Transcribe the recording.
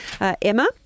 Emma